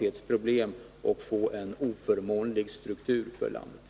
med en kommun på detta vis utövar utpressning mot hundratals anställda vid en lönsam enhet i en annan kommun?